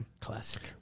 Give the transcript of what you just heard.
Classic